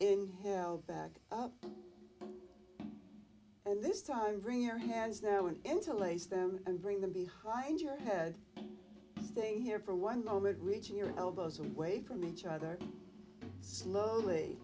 held back up and this time bring your hands now and into lace them and bring them behind your head staying here for one moment reaching your elbows away from each other slowly